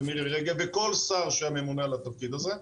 מירי רגב וכל שר שממונה על התפקיד הזה,